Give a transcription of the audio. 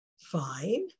fine